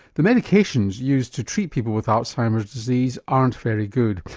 the medications used to treat people with alzheimer's disease aren't very good,